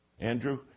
Andrew